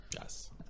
yes